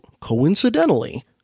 coincidentally